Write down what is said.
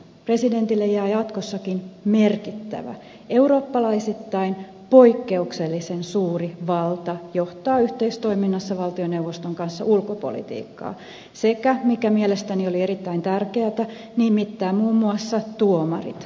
presidentille jää jatkossakin merkittävä eurooppalaisittain poikkeuksellisen suuri valta johtaa yhteistoiminnassa valtioneuvoston kanssa ulkopolitiikkaa sekä mikä mielestäni oli erittäin tärkeätä nimittää muun muassa tuomarit